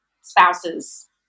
spouses